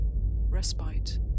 respite